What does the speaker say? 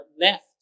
left